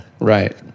Right